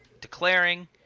declaring